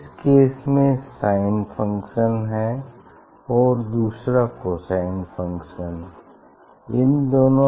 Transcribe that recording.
इस केस में sine function है और दूसरा कोसाइन फंक्शन